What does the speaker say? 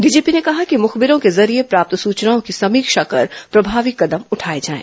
DGP ने कहा कि मुखबिरों के जरिये प्राप्त सूचनाओं की समीक्षा कर प्रभावी कदम उठाए जाएं